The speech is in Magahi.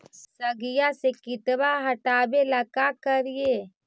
सगिया से किटवा हाटाबेला का कारिये?